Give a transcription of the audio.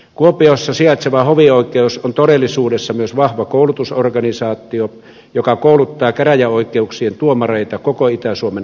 kuopiossa sijaitseva hovioikeus on todellisuudessa myös vahva koulutusorganisaatio joka kouluttaa käräjäoikeuksien tuomareita koko itä suomen alueelle